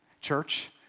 Church